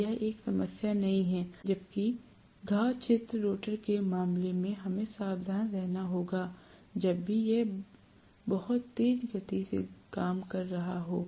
तो यह एक समस्या नहीं है जबकि घाव क्षेत्र रोटर के मामले में हमें सावधान रहना होगा जब भी यह बहुत तेज गति से काम कर रहा हो